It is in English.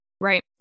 Right